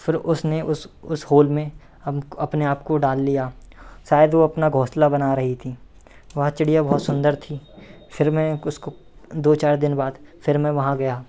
फिर उसने उस उस होल में अपने आप को डाल लिया शायद वह अपना घोंसला बना रही थी वह चिड़िया बहुत सुन्दर थी फिर मैंने उसको दो चार दिन बाद फिर मैं वहाँ गया